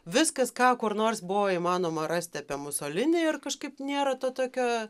viskas ką kur nors buvo įmanoma rasti apie musolinį ir kažkaip nėra to tokio